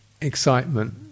excitement